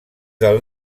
del